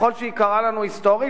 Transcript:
ככל שהיא יקרה לנו היסטורית,